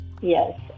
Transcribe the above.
Yes